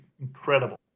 incredible